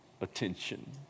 attention